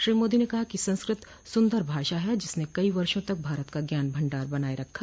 श्री मोदी ने कहा कि संस्कृत सुन्दर भाषा है जिसने कई वर्षों तक भारत का ज्ञान भंडार बनाए रखा